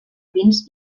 pins